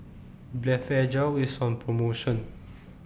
Blephagel IS on promotion